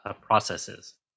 processes